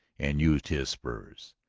and used his spurs.